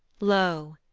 lo!